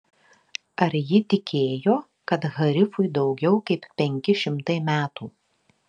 ar ji tikėjo kad harifui daugiau kaip penki šimtai metų